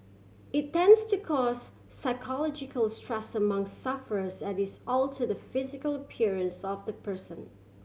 it tends to cause psychological stress among sufferers as it alter the physical appearance of the person